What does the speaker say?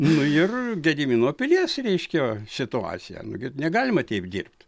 nu ir gedimino pilies reiškia situacija ir negalima taip dirbti